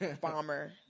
bomber